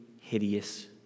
hideous